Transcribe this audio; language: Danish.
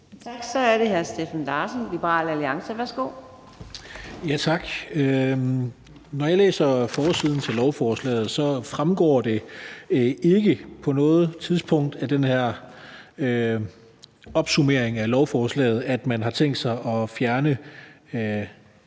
Tak. Så er det hr. Steffen Larsen, Liberal Alliance. Værsgo. Kl. 14:34 Steffen Larsen (LA): Tak. Når jeg læser forsiden af lovforslaget, fremgår det ikke på noget tidspunkt af den her opsummering af lovforslaget, at man har tænkt sig at fjerne